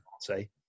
say